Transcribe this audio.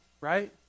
right